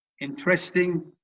Interesting